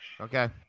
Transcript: Okay